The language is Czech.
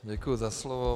Děkuji za slovo.